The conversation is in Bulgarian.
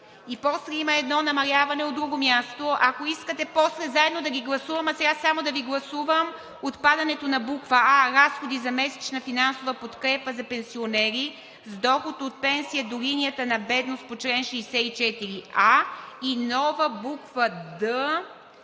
После има намаляване от друго място. Ако искате после заедно да ги гласуваме, а сега само да гласуваме отпадането на буква „а“: „Разходи за месечна финансова подкрепа за пенсионери с доход от пенсията до линия на бедност по чл. 64а“ и нова буква